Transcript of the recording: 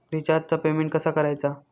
रिचार्जचा पेमेंट कसा करायचा?